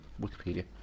Wikipedia